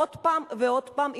עוד פעם ועוד פעם,